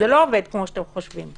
זה לא עובד כומ שאתם חושבים.